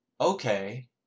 Okay